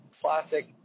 classic